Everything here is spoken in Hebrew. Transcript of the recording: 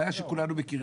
בעיה שכולנו מכירים.